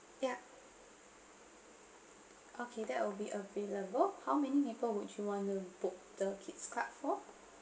ya okay that will be available how many people would you want to book the kid's club for